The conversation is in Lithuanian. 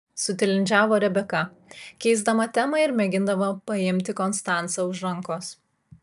sutilindžiavo rebeka keisdama temą ir mėgindama paimti konstancą už rankos